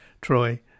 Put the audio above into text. Troy